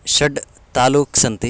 षड् तालूक् सन्ति